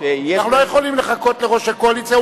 אנחנו לא יכולים לחכות לראש הקואליציה,